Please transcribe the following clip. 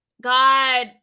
God